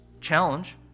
challenge